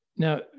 Now